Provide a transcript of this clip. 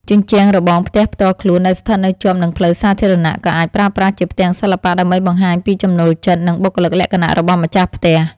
ជញ្ជាំងរបងផ្ទះផ្ទាល់ខ្លួនដែលស្ថិតនៅជាប់នឹងផ្លូវសាធារណៈ ក៏អាចប្រើប្រាស់ជាផ្ទាំងសិល្បៈដើម្បីបង្ហាញពីចំណូលចិត្ត និងបុគ្គលិកលក្ខណៈរបស់ម្ចាស់ផ្ទះ។